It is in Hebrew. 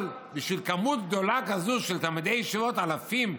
אבל בשביל מספר גדול כזה של תלמידי ישיבות, אלפים,